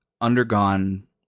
undergone